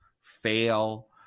fail